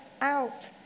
out